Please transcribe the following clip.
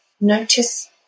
Notice